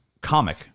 comic